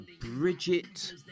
Bridget